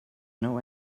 know